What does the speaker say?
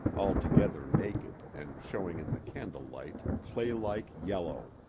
altogether naked and showing in the candle-light a claylike yellow.